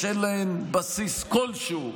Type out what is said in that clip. שאין להן בסיס כלשהו,